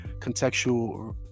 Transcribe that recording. contextual